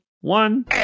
one